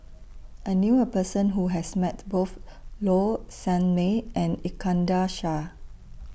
I knew A Person Who has Met Both Low Sanmay and Iskandar Shah